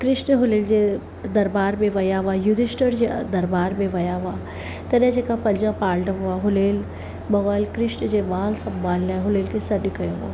कृष्ण हुननि जे दरबार में विया हुया युधिष्ठिर जे दरबार में विया हुआ तॾहिं जेका प्रजा पांडव हुआ हुननि भॻवानु कृष्ण जे मान सम्मान लाइ हुननि खे सॾु कयो हो